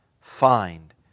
find